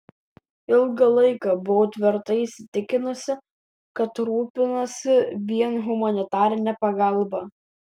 ilgą laiką buvau tvirtai įsitikinusi kad rūpinasi vien humanitarine pagalba